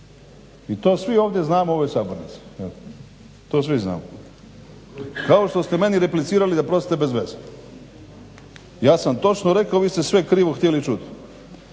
I to svi ovdje znamo u ovoj Sabornici. To svi znamo. Kao što ste meni replicirali da prostite bez veze. Ja sam točno rekao. Vi ste sve krivo htjeli čut.